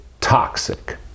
toxic